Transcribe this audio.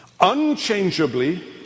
unchangeably